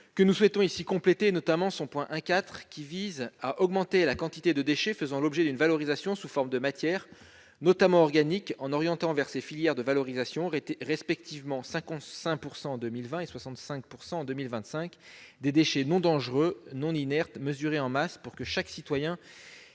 des déchets a, entre autres objectifs, celui d'« augmenter la quantité de déchets faisant l'objet d'une valorisation sous forme de matière, notamment organique, en orientant vers ces filières de valorisation, respectivement, 55 % en 2020 et 65 % en 2025 des déchets non dangereux non inertes, mesurés en masse [...] pour que chaque citoyen